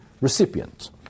recipient